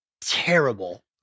terrible